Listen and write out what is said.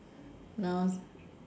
noun